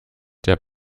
der